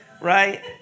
right